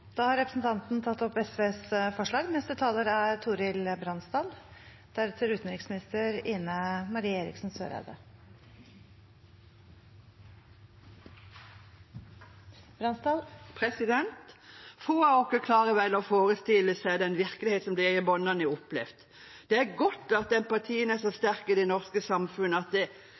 Da har representanten Karin Andersen tatt opp de forslagene hun refererte til. Få av oss klarer vel å forestille seg den virkelighet disse barna har opplevd. Det er godt at empatien er så sterk i det norske samfunnet at